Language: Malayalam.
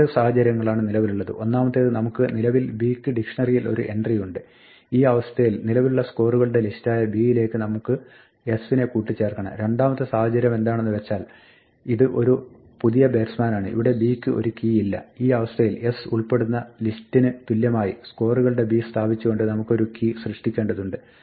രണ്ട് സാഹചര്യങ്ങളാണ് നിലവിലുള്ളത് ഒന്നാമത്തേത് നമുക്ക് നിലവിൽ b യ്ക് ഡിക്ഷ്ണറിയിൽ ഒരു എന്ട്രിയുണ്ട് ഈ അവസ്ഥയിൽ നിലവിലുള്ള സ്കോറുകളുടെ ലിസ്റ്റായ b യിലേക്ക് നമുക്ക് s നെ കൂട്ടിച്ചേർക്കണം രണ്ടാമത്തെ സാഹചര്യമെന്താണെന്നു വെച്ചാൽ ഇത് ഒരു പുതിയ ബാറ്റ്സ്മാനാണ് ഇവിടെ b യ്ക്ക് ഒരു കീ ഇല്ല ഈ അവസ്ഥയിൽ s ഉൾപ്പെടുന്ന ലിസ്റ്റിന് തുല്യമായി സ്കോറുകളുടെ b സ്ഥാപിച്ചുകൊണ്ട് നമുക്ക് ഒരു കീ സൃഷ്ടിക്കേണ്ടതുണ്ട്